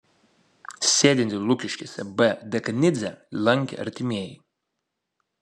sėdintį lukiškėse b dekanidzę lankė artimieji